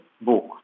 book